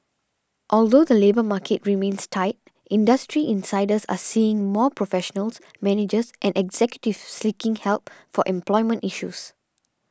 although the labour market remains tight industry insiders are seeing more professionals managers and executives sleeking help for employment issues